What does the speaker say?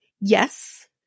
Yes